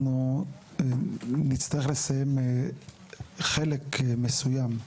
אנחנו נצטרך לסיים חלק מסוים,